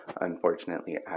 unfortunately